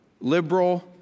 liberal